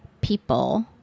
people